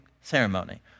ceremony